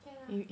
can ah